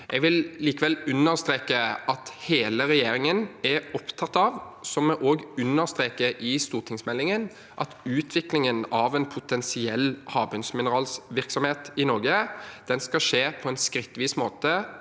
Jeg vil likevel understreke at hele regjeringen er opptatt av, som vi òg understreker i stortingsmeldingen, at utviklingen av en potensiell havbunnsmineralvirksomhet i Norge skal skje på en skrittvis og